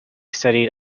studied